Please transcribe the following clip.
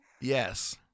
Yes